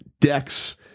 decks